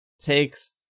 takes